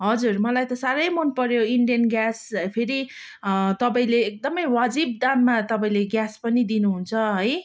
हजुर मलाई त साह्रै मन पऱ्यो इन्डेन ग्यास फेरि तपाईँले एकदमै वाजिब दाममा तपाईँले ग्यास पनि दिनुहुन्छ है